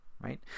Right